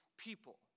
people